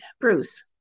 Bruce